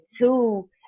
two